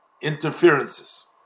interferences